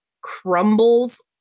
crumbles